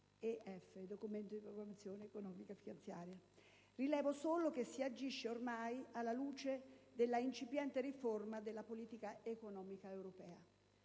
Documento di programmazione economico-finanziaria. Rilevo solo che si agisce ormai alla luce della incipiente riforma della politica economica europea.